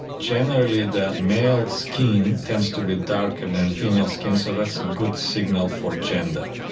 generally the male skin tends to be darker than female skin, so that's a good signal for gender.